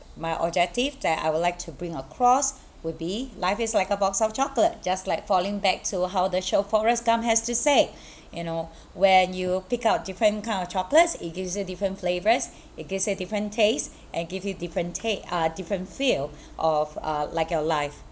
my objective that I would like to bring across would be life is like a box of chocolate just like falling back to how the show forrest gump has to say you know when you pick out different kind of chocolates it gives you different flavours it gives you different tastes and give you different take uh different feel of uh like your life